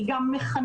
היא גם מחנכת,